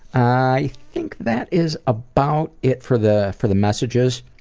i think that is about it for the for the messages.